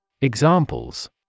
Examples